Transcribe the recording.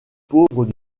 pauvres